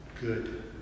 good